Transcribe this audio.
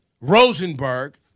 Rosenberg